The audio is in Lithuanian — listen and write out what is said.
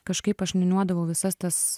kažkaip aš niūniuodavau visas tas